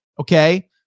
okay